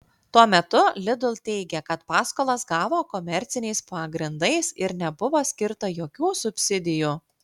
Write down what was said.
tuo metu lidl teigia kad paskolas gavo komerciniais pagrindais ir nebuvo skirta jokių subsidijų